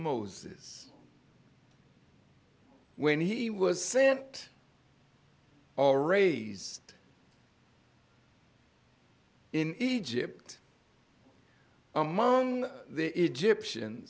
moses when he was sent all raised in egypt among the egyptian